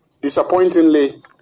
Disappointingly